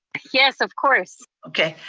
yes, of course. okay,